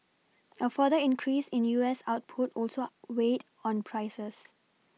a further increase in U S output also weighed on prices